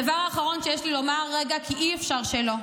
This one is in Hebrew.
הדבר האחרון שיש לי לומר, כי אי-אפשר שלא,